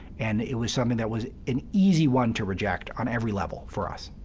and it was something that was an easy one to reject on every level for us.